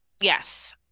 yes